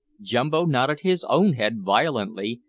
jumbo nodded his own head violently,